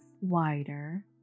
wider